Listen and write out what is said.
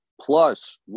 Plus